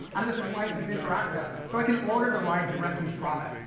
um the slice is interactive, so i can order the ride directly from it.